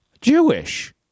Jewish